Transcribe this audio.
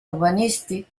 urbanístic